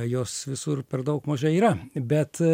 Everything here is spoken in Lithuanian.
jos visur per daug mažai yra bet